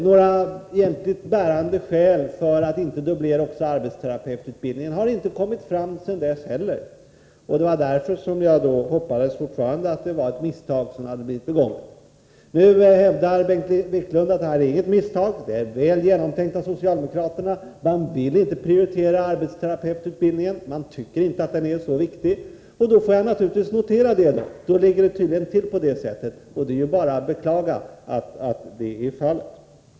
Några egentligen bärande skäl för att inte dubblera arbetsterapeututbildningen har inte heller sedan dess kommit fram, och det var därför jag fortfarande hoppades att det var ett misstag som hade blivit begånget. Nu hävdar Bengt Wiklund att det inte är något misstag utan ett väl genomtänkt förslag av socialdemokraterna; man vill inte prioritera arbetsterapeututbildningen — man tycker inte att den är så viktig. Då får jag naturligtvis notera att det ligger till på det sättet, och det är bara att beklaga.